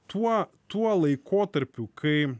tuo tuo laikotarpiu kai